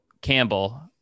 Campbell